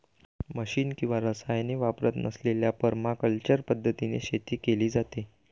machine किंवा रसायने वापरत नसलेल्या परमाकल्चर पद्धतीने शेती केली जाते